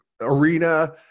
arena